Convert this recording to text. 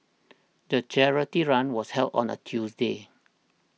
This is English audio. the charity run was held on a Tuesday